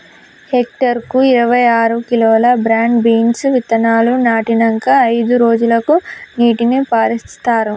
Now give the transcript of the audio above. hectare కు ఇరవై ఆరు కిలోలు బ్రాడ్ బీన్స్ విత్తనాలు నాటినంకా అయిదు రోజులకు నీటిని పారిత్తార్